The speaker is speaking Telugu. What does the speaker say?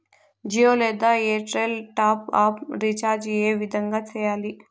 జియో లేదా ఎయిర్టెల్ టాప్ అప్ రీచార్జి ఏ విధంగా సేయాలి